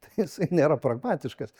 tai jisai nėra pragmatiškas